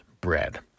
bread